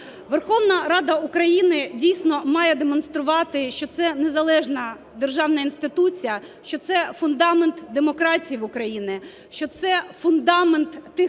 Верховна Рада України дійсно має демонструвати, що це незалежна державна інституція, що це фундамент демократії в Україні, що це фундамент тих